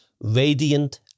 radiant